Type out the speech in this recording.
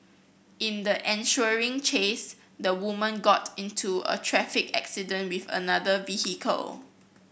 in the ensuing chase the woman got into a traffic accident with another vehicle